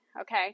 Okay